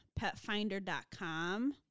petfinder.com